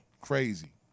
Crazy